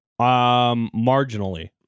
marginally